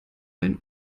ein